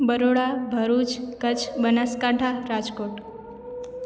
Baroda Bharuch Kutch Banaskantha Rajkot